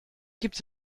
gibt